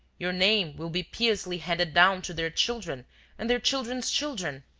your name will be piously handed down to their children and their children's children.